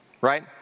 Right